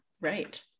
Right